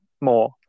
more